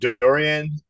Dorian